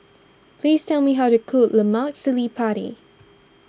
please tell me how to cook Lemak Cili Padi